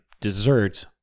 desserts